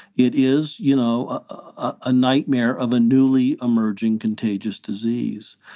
it is, you know, a nightmare of a newly emerging contagious disease.